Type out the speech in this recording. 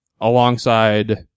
alongside